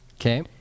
Okay